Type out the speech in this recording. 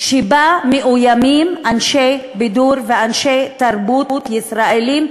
שבה מאוימים אנשי בידור ואנשי תרבות ישראלים,